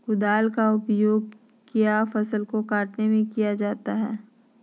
कुदाल का उपयोग किया फसल को कटने में किया जाता हैं?